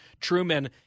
Truman